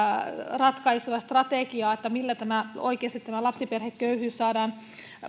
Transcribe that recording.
ratkaisua ja strategiaa millä oikeasti tämä lapsiperheköyhyys saadaan